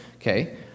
Okay